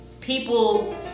people